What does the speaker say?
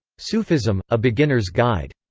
sufism a beginner's guide.